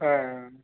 হ্যাঁ